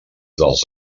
dels